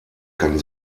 kann